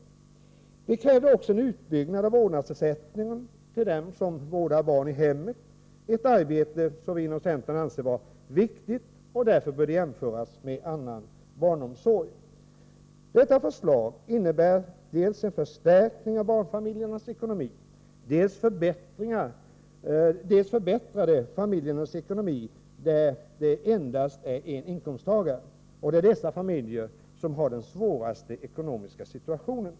Vidare kräver vi en utbyggnad av vårdnadsersättningen till dem som vårdar barn i hemmet — ett arbete som vi inom centern anser vara viktigt och som därför bör jämföras med annan form av barnomsorg. Detta förslag innebär dels en förstärkning av barnfamiljernas ekonomi, dels en förbättring av de familjers ekonomi där det endast finns en inkomsttagare. Det är dessa familjer som har den svåraste ekonomiska situationen.